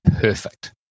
perfect